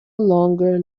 longer